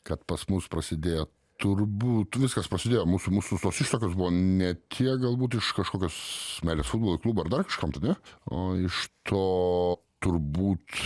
kad pas mus prasidėjo turbūt viskas prasidėjo mūsų mūsų tos ištakos buvo ne tiek galbūt iš kažkokios meilės futbolo klubui ar dar kažkam tai ane o iš to turbūt